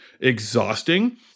exhausting